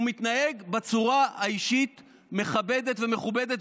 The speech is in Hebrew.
הוא מתנהג בצורה אישית מכבדת ומכובדת,